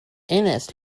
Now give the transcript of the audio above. ines